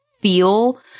Feel